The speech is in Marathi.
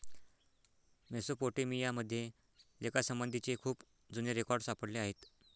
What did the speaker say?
मेसोपोटेमिया मध्ये लेखासंबंधीचे खूप जुने रेकॉर्ड सापडले आहेत